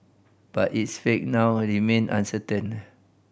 but its fate now remain uncertain